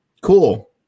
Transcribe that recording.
cool